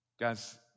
Guys